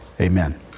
Amen